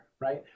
right